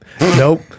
Nope